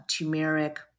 turmeric